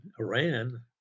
Iran